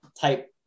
type